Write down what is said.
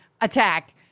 attack